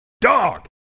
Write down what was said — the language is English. dog